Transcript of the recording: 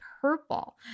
purple